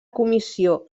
comissió